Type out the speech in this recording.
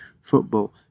football